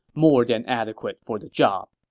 more than adequate for the job.